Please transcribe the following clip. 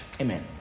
Amen